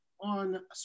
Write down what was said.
on